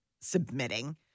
submitting